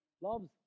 Loves